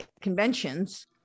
conventions